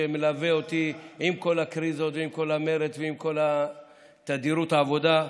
שמלווה אותי עם כל הקריזות ועם כל המרץ ועם כל תדירות העבודה.